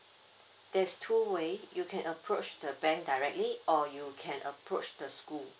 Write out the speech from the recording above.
there's two way you can approach the bank directly or you can approach the school